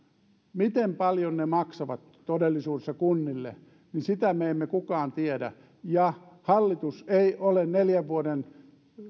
miten paljon nämä tehtävät maksavat todellisuudessa kunnille me emme kukaan tiedä ja hallitus ei ole neljän vuoden